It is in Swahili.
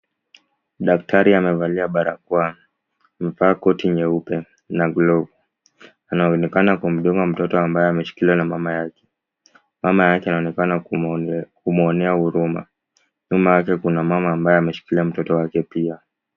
Daktari amevalia barakoa. Amevaa koti nyeupe na glovu. Anaonekana kumdunga mtoto ambaye ameshikiliwa na mama yake. Mama yake anaonekana kumwonea huruma. Nyuma yake kuna mama ambaye ameshikilia mtoto wake pia.